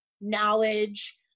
knowledge